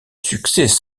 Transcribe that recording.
succès